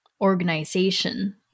organization